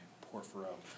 Porphyro